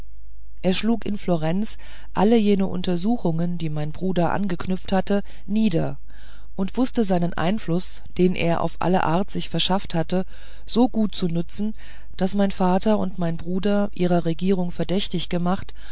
er schlug in florenz alle jene untersuchungen welche mein bruder angeknüpft hatte nieder und wußte seinen einfluß den er auf alle art sich verschafft hatte so gut zu benützen daß mein vater und mein bruder ihrer regierung verdächtig gemacht